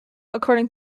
according